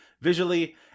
Visually